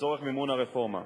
לצורך מימון הרפורמה.